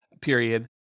period